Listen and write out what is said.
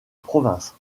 province